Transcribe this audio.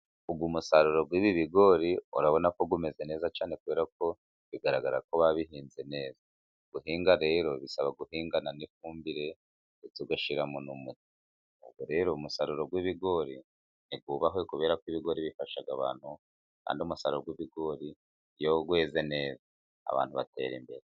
Uyu musaruro wib'bigori urabona ko umeze neza cyane, kubera ko bigaragara ko babihinze neza, guhinga rero bisaba guhingana n'ifumbire , ndetse ugashyiramo n'umuti, ubwo rero umusaruro w'ibigori niwubahwe kubera ko ibigori bifasha abantu, kandi umusaruro w'ibigori iyo weze neza abantu batera imbere.